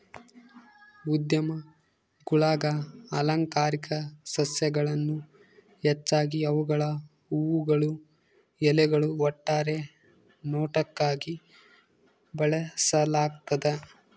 ಉದ್ಯಾನಗುಳಾಗ ಅಲಂಕಾರಿಕ ಸಸ್ಯಗಳನ್ನು ಹೆಚ್ಚಾಗಿ ಅವುಗಳ ಹೂವುಗಳು ಎಲೆಗಳು ಒಟ್ಟಾರೆ ನೋಟಕ್ಕಾಗಿ ಬೆಳೆಸಲಾಗ್ತದ